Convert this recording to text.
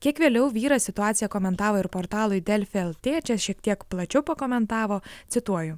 kiek vėliau vyras situaciją komentavo ir portalui delfi lt čia šiek tiek plačiau pakomentavo cituoju